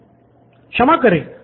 student 1 क्षमा करें